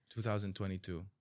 2022